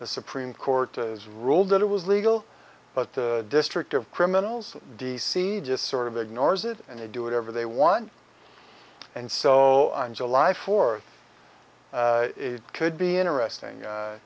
the supreme court has ruled that it was legal but the district of criminals d c just sort of ignores it and they do whatever they want and so on july fourth could be interesting